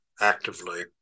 actively